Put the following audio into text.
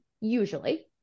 usually